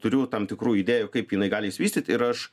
turiu tam tikrų idėjų kaip jinai gali išsivystyt ir aš